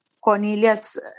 Cornelius